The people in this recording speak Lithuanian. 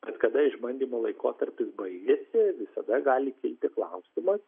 ir kada išbandymo laikotarpis baigiasi visada gali kilti klausimas